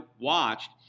watched